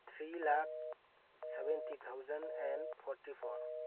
three lakh seventy thousand and forty four